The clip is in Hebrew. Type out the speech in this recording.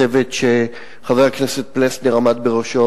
שחבר הכנסת פלסנר עמד בראשו,